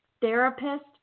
therapist